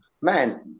man